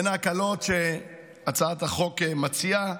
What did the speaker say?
בין ההקלות שהצעת החוק מציעה,